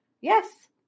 Yes